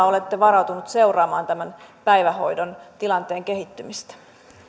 olette varautuneet seuraamaan tämän päivähoidon tilanteen kehittymistä